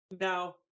Now